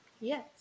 Yes